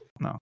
No